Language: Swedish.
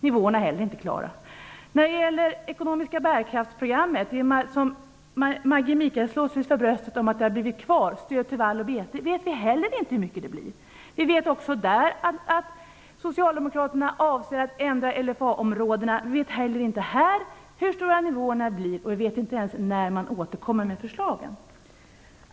Nivåerna är inte heller klara. När det gäller programmet för ekonomisk bärkraft, där Maggi Mikaelsson slår sig för bröstet för att stöd till vall och bete har blivit kvar, vet vi inte heller hur mycket det blir. Vi vet att Socialdemokraterna också där avser att ändra LFA-områdena. Men vi vet inte heller här vilka nivåerna blir, och vi vet inte ens när man återkommer med förslag.